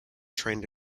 trend